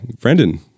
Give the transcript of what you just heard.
Brendan